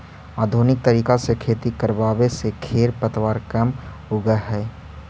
आधुनिक तरीका से खेती करवावे से खेर पतवार कम उगह हई